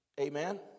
Amen